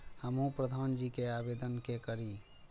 हमू प्रधान जी के आवेदन के करी?